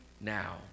now